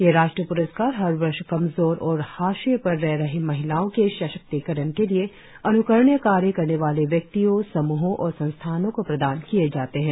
ये राष्ट्रीय प्रस्कार हर वर्ष कमजोर और हाशिए पर रह रही महिलाओं के सशक्तीकरण के लिए अन्करणीय कार्य करने वाले व्यक्तियों सम्रहों और संस्थानों को प्रदान किए जाते हैं